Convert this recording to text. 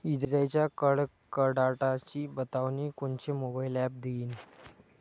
इजाइच्या कडकडाटाची बतावनी कोनचे मोबाईल ॲप देईन?